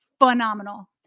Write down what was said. phenomenal